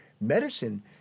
medicine